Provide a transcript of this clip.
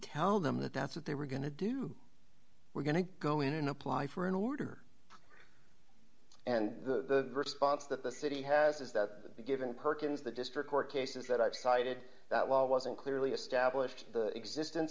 tell them that that's what they were going to do we're going to go in and apply for an order and the response that the city has is that given perkins the district court cases that i cited that law wasn't clearly established the existence